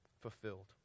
fulfilled